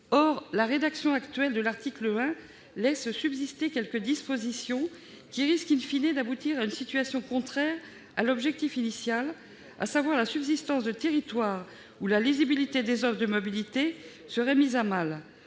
Or la rédaction actuelle de l'article 1 laisse subsister quelques dispositions qui risquent d'aboutir à une situation contraire à l'objectif initial, c'est-à-dire au maintien de territoires où la lisibilité des offres de mobilité serait mise à mal.